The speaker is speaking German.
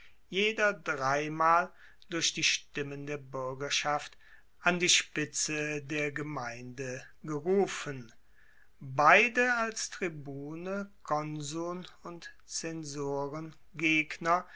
jeder dreimal durch die stimmen der buergerschaft an die spitze der gemeinde gerufen beide als tribune konsuln und zensoren gegner